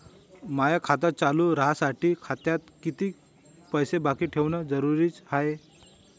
माय खातं चालू राहासाठी खात्यात कितीक पैसे बाकी ठेवणं जरुरीच हाय?